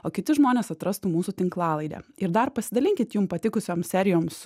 o kiti žmonės atrastų mūsų tinklalaidę ir dar pasidalinkit jum patikusiom serijom su